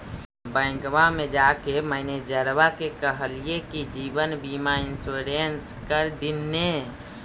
बैंकवा मे जाके मैनेजरवा के कहलिऐ कि जिवनबिमा इंश्योरेंस कर दिन ने?